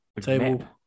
table